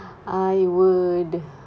I would